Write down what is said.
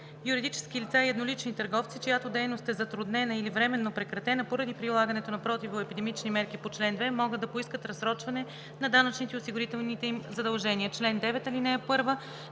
юридически лица и еднолични търговци, чиято дейност е затруднена или временно прекратена поради прилагането на противоепидемичните мерки по чл. 2, могат да поискат разсрочване на данъчните и осигурителните им задължения. Чл. 9. (1) За